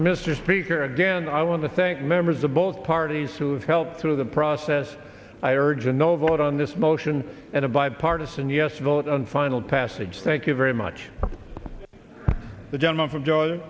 mr speaker again i want to thank members of both parties who have helped through the process i urge a no vote on this motion and a bipartisan yes vote on final passage thank you very much the gentleman from georgia